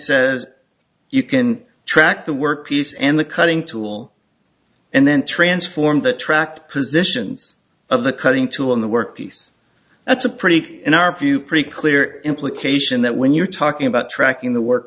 says you can track the workpiece and the cutting tool and then transform the track positions of the cutting tool in the workpiece that's a pretty in our view pretty clear implication that when you're talking about tracking the work